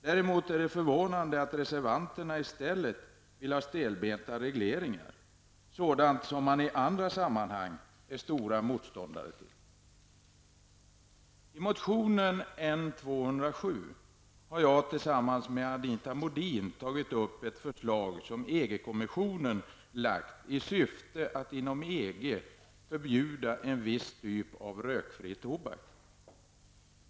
Däremot är det förvånande att reservanterna i stället vill ha stelbenta regleringar; något som man i andra sammanhang är stora motståndare till. I motionen N207 har jag tillsammans med Anita Modin tagit upp ett förslag som EG-kommissionen lagt i syfte att inom EG förbjuda en viss typ av rökfri tobak.